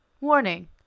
Warning